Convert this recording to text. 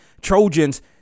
Trojans